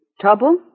Trouble